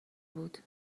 بود